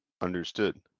Understood